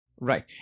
Right